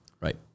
Right